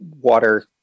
water